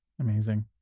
Amazing